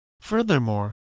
Furthermore